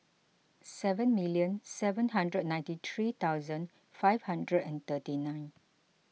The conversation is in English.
seven million seven hundred and ninety three thousand five hundred and thirty nine